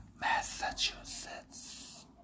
Massachusetts